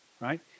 right